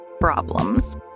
problems